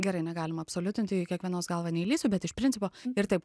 gerai negalima absoliutint į kiekvienos galvą neįlįsiu bet iš principo ir taip